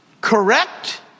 Correct